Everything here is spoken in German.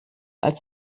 als